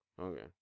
okay